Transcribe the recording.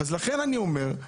לכן אני אומר,